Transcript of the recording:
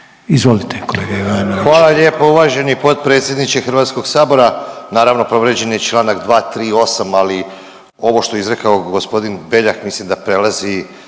Izvolite kolega Sačić.